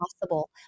possible